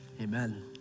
Amen